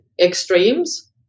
extremes